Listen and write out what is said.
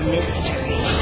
Mystery